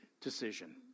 decision